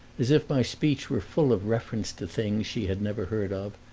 as if my speech were full of reference to things she had never heard of,